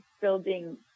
building